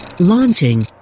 launching